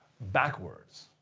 backwards